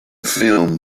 film